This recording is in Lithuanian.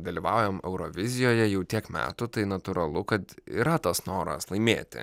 dalyvaujam eurovizijoje jau tiek metų tai natūralu kad yra tas noras laimėti